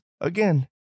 Again